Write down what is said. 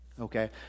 Okay